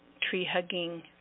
tree-hugging